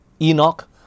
Enoch